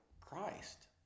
Christ